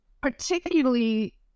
particularly